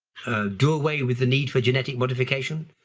do away with the need for genetic modification,